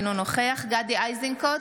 אינו נוכח גדי איזנקוט,